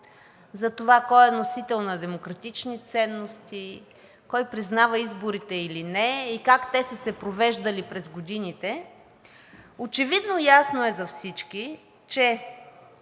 за това кой е носител на демократични ценности, кой признава изборите или не и как те са се провеждали през годините, очевидно ясно е за всички, че